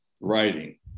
writing